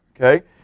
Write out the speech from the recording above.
okay